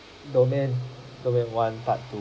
domain domain one part two